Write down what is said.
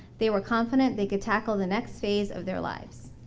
they were confident they could tackle the next phase of their lives.